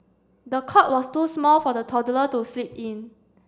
the cot was too small for the toddler to sleep in